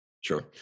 sure